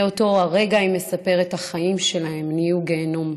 מאותו הרגע, היא מספרת, החיים שלהם נהיו גיהינום.